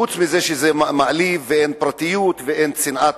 חוץ מזה שזה מעליב ואין פרטיות ואין צנעת